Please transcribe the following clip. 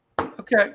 Okay